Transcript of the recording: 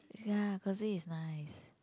ya cozy is nice